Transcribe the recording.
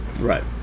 Right